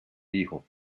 hijo